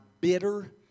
bitter